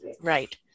Right